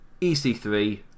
EC3